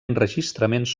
enregistraments